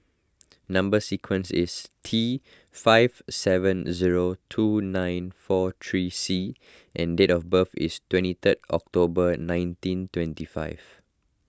Number Sequence is T five seven zero two nine four three C and date of birth is twenty third October nineteen twenty five